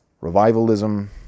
revivalism